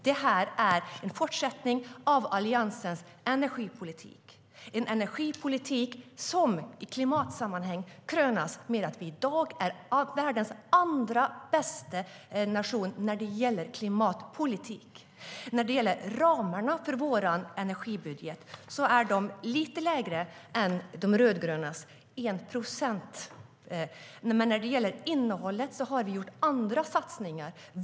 Det är en fortsättning av Alliansens energipolitik. Det är en energipolitik som i klimatsammanhang kröns med att vi i dag är världens andra bästa nation när det gäller klimatpolitik. Ramarna för vår energibudget är lite lägre än de rödgrönas, nämligen 1 procent lägre. Men när det gäller innehållet har vi gjort andra satsningar.